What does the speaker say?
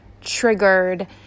triggered